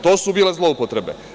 To su bile zloupotrebe.